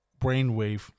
brainwave